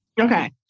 Okay